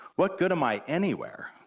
what good am i anywhere?